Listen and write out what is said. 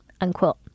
unquote